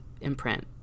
imprint